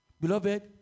Beloved